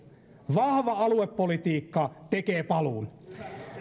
vahva aluepolitiikka tekee paluun